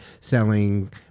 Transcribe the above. selling